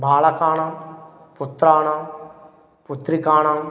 बालकानां पुत्राणां पुत्रिकाणां